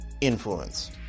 influence